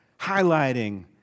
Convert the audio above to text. highlighting